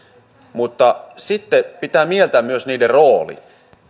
mutta sitten pitää mieltää myös niiden rooli